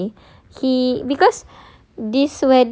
ya he okay he because